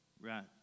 right